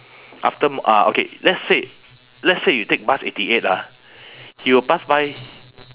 after m~ ah okay let's say let's say you take bus eighty eight ah you will pass by